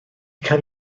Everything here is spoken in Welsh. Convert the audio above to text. cael